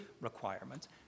requirements